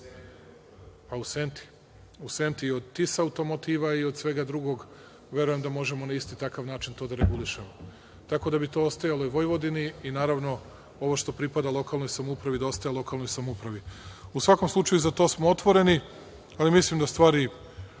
kaže čovek.)U Senti, i od „Tisa automotiva“ i svega drugog verujem da možemo na isti takav način to da regulišemo. Tako da bi to ostajalo i Vojvodini i naravno ovo što pripada lokalnoj samoupravi da ostaje lokalnoj samoupravi.U svakom slučaju, za to smo otvoreni, ali mislim da stvari